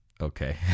Okay